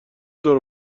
دور